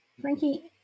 Frankie